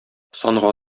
санга